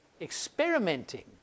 experimenting